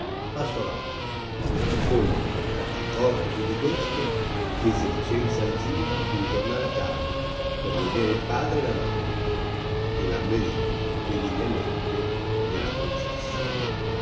anno onde accortosi di questo chiese licenza al zio di ritornar a casa per veder il padre e la madre e lamberico benignamente glie la concesse